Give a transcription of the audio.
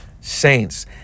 saints